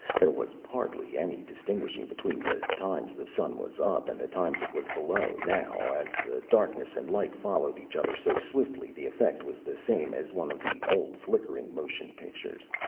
there was hardly any distinguishing between the times the sun was up and the times it was below now, as the darkness and light followed each other so swiftly the effect was the same as one of the old flickering motion-pictures.